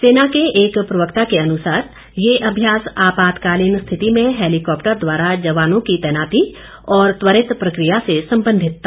सेना के एक प्रवक्ता के अनुसार ये अभ्यास आपातकालीन रिथति में हैलीकॉप्टर द्वारा जवानों की तैनाती और त्वरित प्रक्रिया से संबंधित था